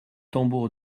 tambour